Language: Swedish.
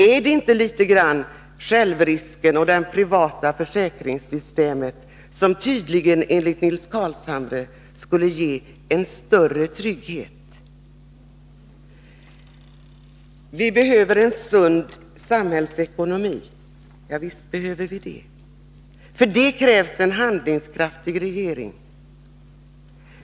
Är det inte självrisken och det privata försäkringssystemet som enligt Nils Carlshamre skulle ge en större trygghet? Vi behöver en sund samhällsekonomi, säger Nils Carlshamre. Ja visst gör vi det. För det krävs en handlingskraftig regering.